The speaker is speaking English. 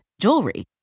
Jewelry